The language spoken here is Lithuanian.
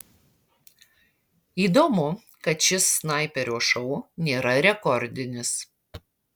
įdomu kad šis snaiperio šou nėra rekordinis